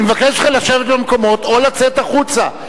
אני מבקש מכם לשבת במקומות או לצאת החוצה.